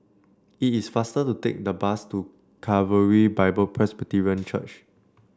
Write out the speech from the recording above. it is faster to take the bus to Calvary Bible Presbyterian Church